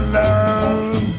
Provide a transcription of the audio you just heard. love